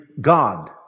God